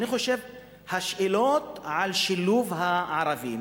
השאלות על שילוב הערבים,